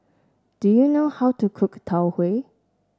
do you know how to cook Tau Huay